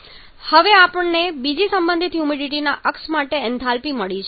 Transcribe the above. હવે આપણને બીજી સંબંધિત હ્યુમિડિટીના અક્ષ માટે એન્થાલ્પી મળી છે